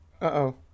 Uh-oh